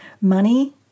money